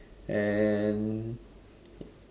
and